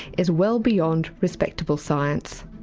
is well beyond respectable science.